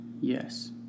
Yes